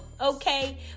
Okay